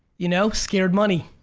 you know, scared money.